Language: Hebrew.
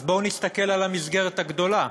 אז בואו נסתכל על המסגרת הגדולה,